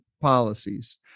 policies